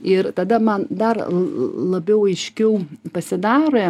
ir tada man dar labiau aiškiau pasidarė